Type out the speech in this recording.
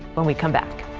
when we come back.